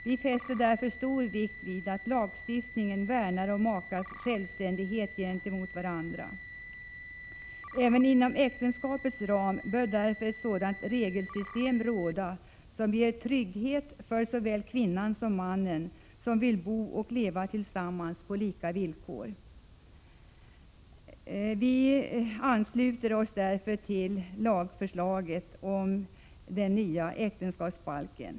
Vi fäster därför stor vikt vid att lagstiftningen värnar om makars självständighet gentemot varandra. Även inom äktenskapets ram bör därför ett sådant regelsystem råda som ger trygghet för såväl kvinnan som mannen, som vill bo och leva tillsammans på lika villkor. Vi ansluter oss därför till lagförslaget om den nya äktenskapsbalken.